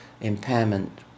impairment